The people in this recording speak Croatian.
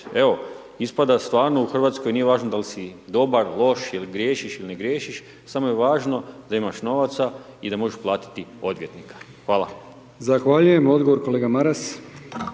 Evo, ispada stvarno u Hrvatskoj nije važno da li si dobar, loš ili griješiš ili ne griješiš, samo je važno da imaš novaca i da možeš platiti odvjetnika. Hvala. **Brkić, Milijan (HDZ)** Zahvaljujem. Odgovor kolega Maras.